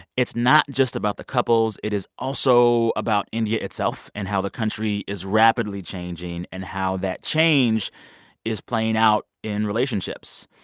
it's not just about the couples. it is also about india itself and how the country is rapidly changing, and how that change is playing out in relationships.